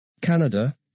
Canada